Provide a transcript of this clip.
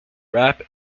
rap